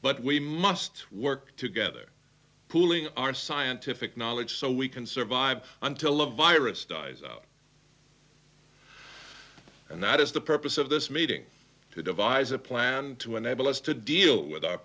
but we must work together pulling our scientific knowledge so we can survive until the virus dies out and that is the purpose of this meeting to devise a plan to enable us to deal with our